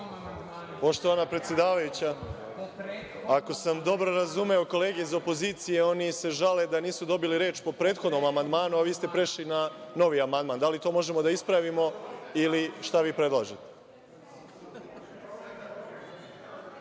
Poštovana predsedavajuća, ako sam dobro razumeo kolege iz opozicije, oni se žale da nisu dobili reč po prethodnom amandmanu, a vi ste prešli na novi amandman. Da li to možemo da ispravimo ili šta vi predlažete?